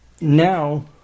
now